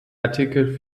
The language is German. artikel